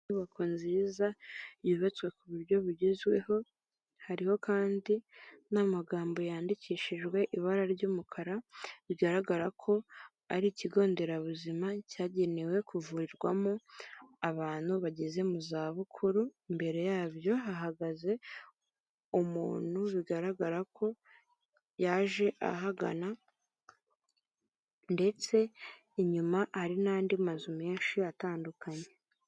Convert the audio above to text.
Inyubako nziza yubatswe ku buryo bugezweho, hariho kandi n'amagambo yandikishijwe ibara ry'umukara bigaragara ko ari ikigo nderabuzima cyagenewe kuvurirwamo abantu bageze mu zabukuru, imbere yabyo hahagaze umuntu bigaragara ko yaje ahagana ndetse inyuma hari n'andi mazu menshi atandukanye.